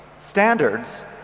standards